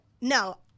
No